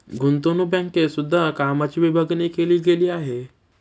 गुतंवणूक बँकेत सुद्धा कामाची विभागणी केली गेली आहे